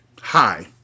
Hi